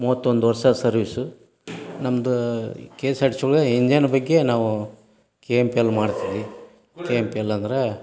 ಮೂವತ್ತೊಂದು ವರ್ಷ ಸರ್ವಿಸು ನಮ್ಮದು K S R T C ಒಳಗೆ ಇಂಜನ್ ಬಗ್ಗೆ ನಾವು ಕೆ ಎಮ್ ಪಿ ಎಲ್ ಮಾಡ್ತಿದ್ವಿ ಕೆ ಎಮ್ ಪಿ ಎಲ್ ಅಂದ್ರೆ